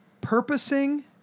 Purposing